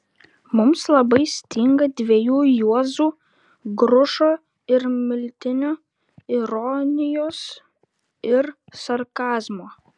mums labai stinga dviejų juozų grušo ir miltinio ironijos ir sarkazmo